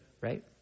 Right